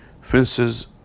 fences